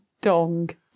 dong